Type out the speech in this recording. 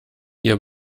ihr